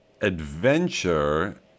Adventure